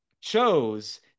chose